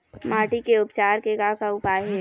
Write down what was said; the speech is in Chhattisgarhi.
माटी के उपचार के का का उपाय हे?